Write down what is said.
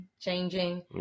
changing